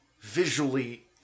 visually